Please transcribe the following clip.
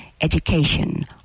education